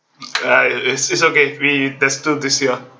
uh it's it's okay I mean there's still this year